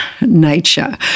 nature